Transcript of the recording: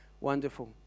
Wonderful